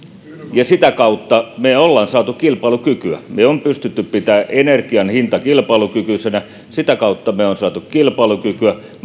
ja sitä kautta me olemme saaneet kilpailukykyä on pystytty pitämään energian hinta kilpailukykyisenä sitä kautta me olemme saaneet kilpailukykyä